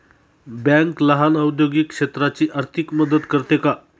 Bank लहान औद्योगिक क्षेत्राची आर्थिक मदत करते का?